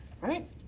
Right